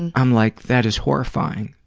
and i'm like, that is horrifying.